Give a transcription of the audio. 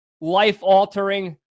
life-altering